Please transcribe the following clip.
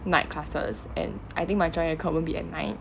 night classes and I think my 专业课 won't be at night